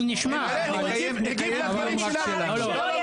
נקיים דיון רק שלנו.